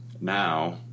now